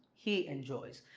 he enjoys,